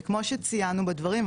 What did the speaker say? וכמו שציינו בדברים,